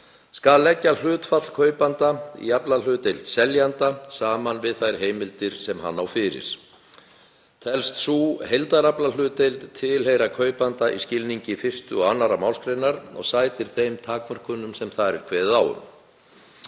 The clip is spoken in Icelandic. skal leggja hlutfall kaupanda í aflahlutdeild seljanda saman við þær heimildir sem hann á fyrir. Telst sú heildaraflahlutdeild tilheyra kaupanda í skilningi 1. og 2. mgr. og sætir þeim takmörkunum sem þar er kveðið á um.